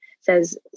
says